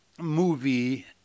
movie